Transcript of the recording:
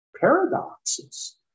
paradoxes